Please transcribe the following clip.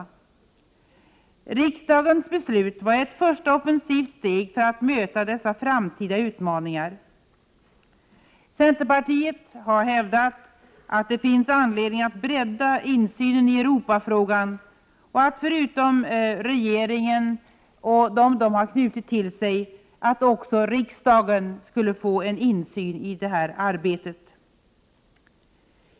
Riksdagens beslut var ett första offensivt steg för att möta dessa framtida utmaningar. Centerpartiet har dock hävdat att det finns anledning att bredda insynen i Europafrågan till att förutom regeringen också omfatta riksdagen.